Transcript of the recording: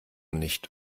nicht